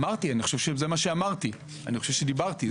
אני חושב שדיברתי על זה.